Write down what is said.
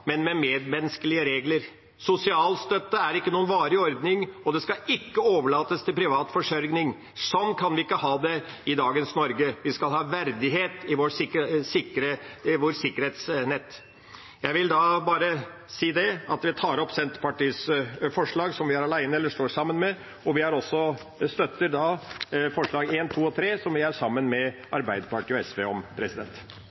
men med medmenneskelige regler. Sosialstøtte er ikke en varig ordning, og det skal ikke overlates til privat forsørgelse. Slik kan vi ikke ha det i dagens Norge. Vi skal ha verdighet i vårt sikkerhetsnett. Jeg vil da ta opp de forslagene Senterpartiet har alene, og det forslaget vi har sammen med SV. Vi støtter også forslagene nr. 1–3, som vi fremmer sammen med Arbeiderpartiet og